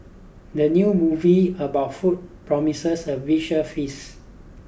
the new movie about food promises a visual feast